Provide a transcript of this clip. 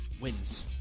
wins